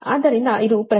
ಆದ್ದರಿಂದ ಇದು ಪ್ರಸರಣದ ವೇಗ